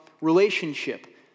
relationship